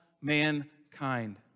mankind